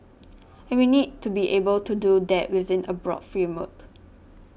and we need to be able to do that within a broad framework